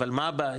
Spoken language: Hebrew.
אבל מה הבעיה?